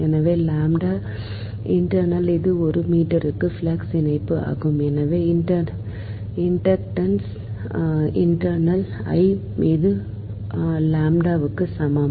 எனவே lambda internal இது ஒரு மீட்டருக்கு ஃப்ளக்ஸ் இணைப்பு ஆகும் எனவே இன்டாக்டன்ஸ் இன்டர்னல் I மீது லம்ப்டாவுக்கு சமம்